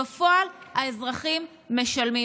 בפועל האזרחים משלמים.